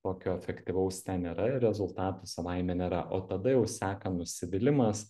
tokio efektyvaus ten nėra ir rezultatų savaime nėra o tada jau seka nusivylimas